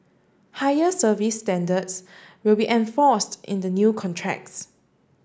higher service standards will be enforced in the new contracts